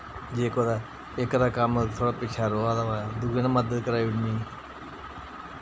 जे कुतै इक दा कम्म थोह्ड़ा पिच्छै रोआ दा होऐ दुए नै मदद कराई ओड़नी